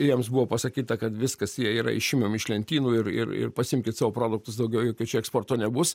jiems buvo pasakyta kad viskas jie yra išimami iš lentynų ir ir ir pasiimkit savo produktus daugiau jokio čia eksporto nebus